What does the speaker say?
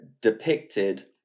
depicted